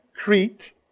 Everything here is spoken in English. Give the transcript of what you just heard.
Crete